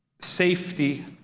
safety